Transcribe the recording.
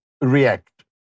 react